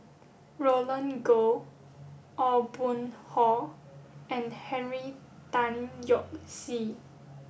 Roland Goh Aw Boon Haw and Henry Tan Yoke See